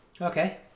Okay